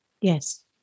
Yes